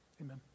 amen